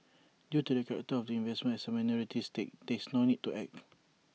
due to the character of investment as A minority stake there's no need to act